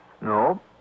No